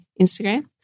Instagram